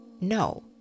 No